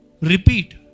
Repeat